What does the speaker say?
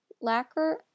lacquer